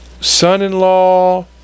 son-in-law